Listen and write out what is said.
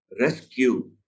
rescue